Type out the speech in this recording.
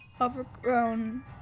overgrown